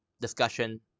discussion